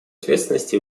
ответственности